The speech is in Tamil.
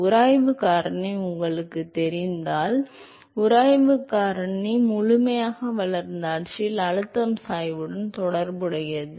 உராய்வு காரணி உங்களுக்குத் தெரிந்தால் உராய்வு காரணி உண்மையில் முழுமையாக வளர்ந்த ஆட்சியில் அழுத்தம் சாய்வுடன் தொடர்புடையது